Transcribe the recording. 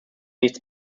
nichts